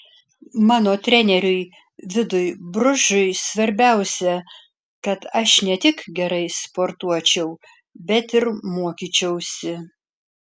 mano treneriui vidui bružui svarbiausia kad aš ne tik gerai sportuočiau bet ir mokyčiausi